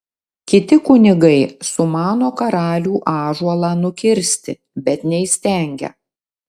kiti kunigai sumano karalių ąžuolą nukirsti bet neįstengia